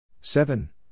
seven